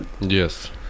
Yes